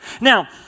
Now